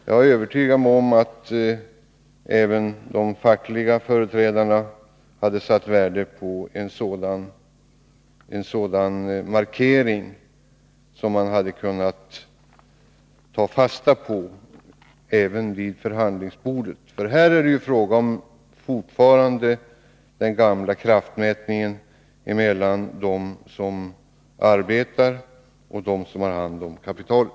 Jag är övertygad om att även de fackliga företrädarna hade satt värde på en markering som man hade kunnat ta fasta på även vid förhandlingsbordet. Här är det fortfarande fråga om den gamla kraftmätningen mellan dem som arbetar och dem som har hand om kapitalet.